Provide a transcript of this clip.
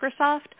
Microsoft